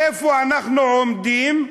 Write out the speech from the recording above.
איפה אנחנו עומדים.